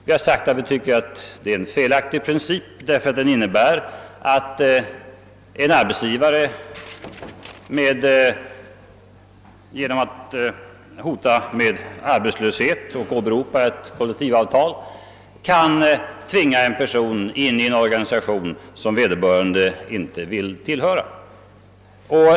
Vi har sagt att vi anser att de innebär att en arbetsgivare genom att hota med arbetslöshet och genom att åberopa kollektivavtal kan tvinga en person in i en organisation som vederbörande inte vill tillhöra.